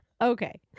Okay